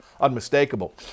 unmistakable